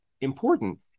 important